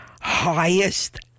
highest